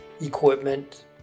equipment